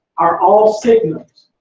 are all signals.